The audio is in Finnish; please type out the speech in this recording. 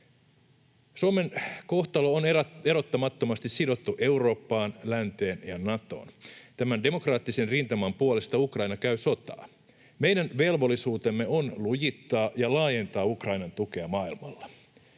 Suomen kohtalo on erottamattomasti sidottu Eurooppaan, länteen ja Natoon. Tämän demokraattisen rintaman puolesta Ukraina käy sotaa. Meidän velvollisuutemme on lujittaa ja laajentaa Ukrainan tukea maailmalla.